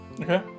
Okay